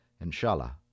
inshallah